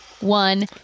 One